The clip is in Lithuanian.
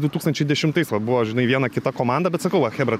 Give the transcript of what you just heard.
du tūkstančiai dešimtais va buvo žinai viena kita komanda bet sakau va chebra